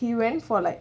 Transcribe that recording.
he went for like